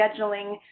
scheduling